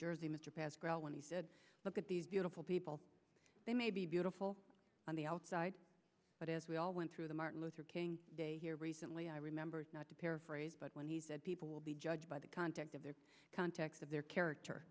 jersey mr pascal when he said look at these beautiful people they may be beautiful on the outside but as we all went through the martin luther king day here recently i remembered not to paraphrase but when he said people will be judged by the content of their context of their character